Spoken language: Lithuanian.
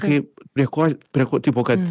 kai prie ko prie ko tipo kad